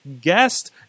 guest